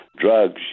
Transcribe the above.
drugs